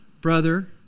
brother